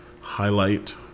highlight